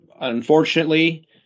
Unfortunately